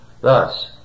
Thus